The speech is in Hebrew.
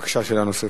בבקשה, שאלה נוספת.